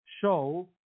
show